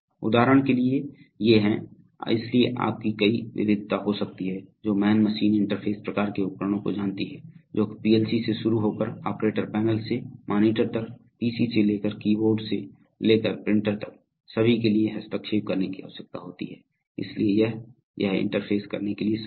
उदाहरण के लिए ये है इसलिए आप की कई विविधिता हो सकती है जो मैन मशीन इंटरफ़ेस प्रकार के उपकरणों को जानती है जो कि पीएलसी से शुरू होकर ऑपरेटर पैनल से मॉनिटर तक पीसी से लेकर की बोर्ड से लेकर प्रिंटर तक सभी के लिए हस्तक्षेप करने की आवश्यकता होती है इसलिए यह यह इंटरफ़ेस करने के लिए संभव है